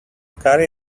carry